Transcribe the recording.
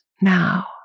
now